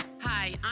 Hi